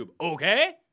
okay